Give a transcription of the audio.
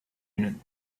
unit